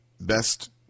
best